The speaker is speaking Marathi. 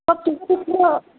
मग तुझं कुठलं